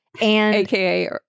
AKA